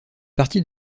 partie